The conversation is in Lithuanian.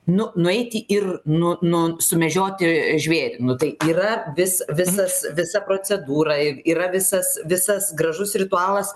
nu nueiti ir nu nu sumedžioti žvėrį nu tai yra vis visas visa procedūra ir yra visas visas gražus ritualas